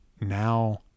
Now